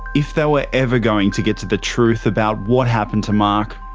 if they were ever going to get to the truth about what happened to mark,